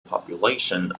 population